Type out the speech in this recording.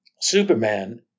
Superman